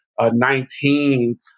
nineteen